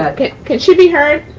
ah could she be heard?